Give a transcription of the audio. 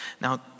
Now